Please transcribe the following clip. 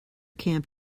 camp